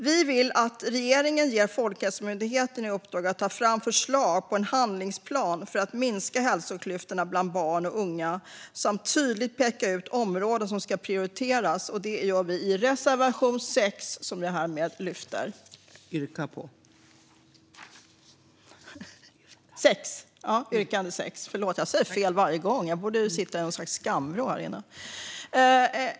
Vi vill att regeringen ger Folkhälsomyndigheten i uppdrag att ta fram förslag på en handlingsplan för att minska hälsoklyftorna bland barn och unga samt tydligt peka ut områden som ska prioriteras. Det gör vi i reservation 6, som jag härmed lyfter. Förlåt! Jag säger fel varje gång. Jag borde sitta i något slags skamvrå här inne.